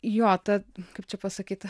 jo ta kaip čia pasakyt